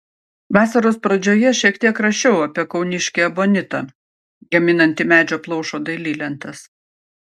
vasaros pradžioje šiek tiek rašiau apie kauniškį ebonitą gaminantį medžio plaušo dailylentes